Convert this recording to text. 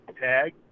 TAG